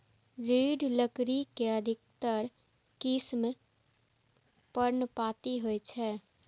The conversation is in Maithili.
दृढ़ लकड़ी के अधिकतर किस्म पर्णपाती होइ छै